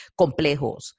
complejos